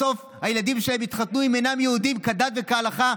בסוף הילדים שלהם יתחתנו עם לא יהודים כדת וכהלכה,